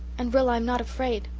and rilla, i'm not afraid.